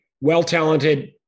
well-talented